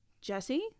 Jesse